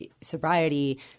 sobriety